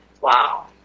Wow